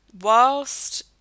whilst